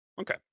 Okay